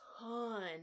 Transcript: ton